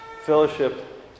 fellowship